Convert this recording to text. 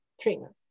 treatment